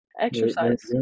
Exercise